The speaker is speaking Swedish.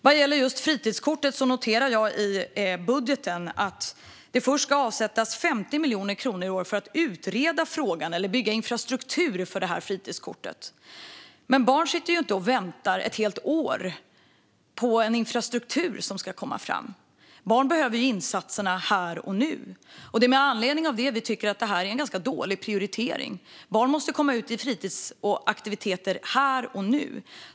Vad gäller fritidskortet noterar jag i budgeten att det först ska avsättas 50 miljoner kronor i år för att utreda frågan eller bygga infrastruktur för fritidskortet. Men barn sitter ju inte och väntar ett helt år på en infrastruktur som ska komma, utan barn behöver insatser här och nu. Detta är anledningen till att vi tycker vi att det är en dålig prioritering. Barn måste komma ut i fritidsaktiviteter här och nu.